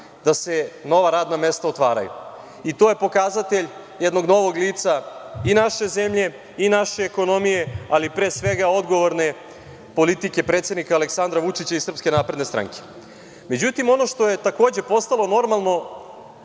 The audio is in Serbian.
da se nova radna mesta otvaraju. To je pokazatelj jednog novog lica i naše zemlje i naše ekonomije, ali pre svega odgovorne politike predsednika Aleksandra Vučića i SNS.Međutim, ono što je takođe postalo normalno,